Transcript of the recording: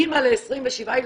אימא ל-27 ילדים,